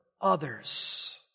others